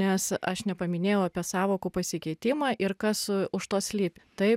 nes aš nepaminėjau apie sąvokų pasikeitimą ir kas už to slypi taip